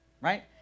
right